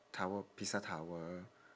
tower pisa tower